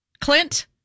Clint